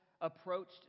approached